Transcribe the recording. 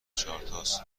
چهارتاس